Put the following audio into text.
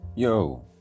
Yo